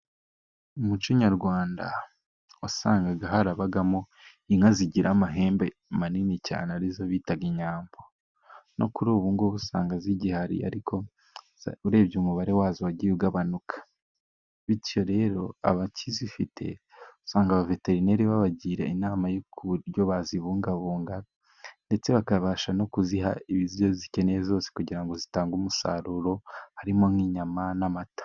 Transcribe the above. Umuco nyarwanda wasangaga harabagamo inka zigira amahembe manini cyane, arizo bitaga inyambo. No kuri ubu ngo usanga zigihari ariko urebye umubare wazo wagiye ugabanuka, bityo rero abakizifite usanga abaveterineri babagira inama yo kuburyo bazibungabunga, ndetse bakabasha no kuziha ibyo zikeneye byose, kugira ngo zitange umusaruro harimo nk'inyama n'amata.